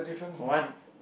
one